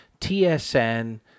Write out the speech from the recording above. TSN